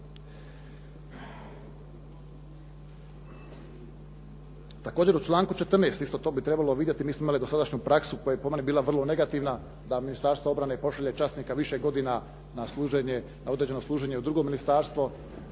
Također u članku 14. isto to bi trebalo vidjeti, mi smo imali dosadašnju praksu koja je po meni bila vrlo negativna da Ministarstvo obrane pošalje časnika više godina na određeno služenje u drugo ministarstvo